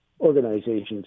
organizations